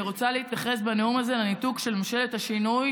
אני רוצה להתייחס בנאום הזה לניתוק של ממשלת השינוי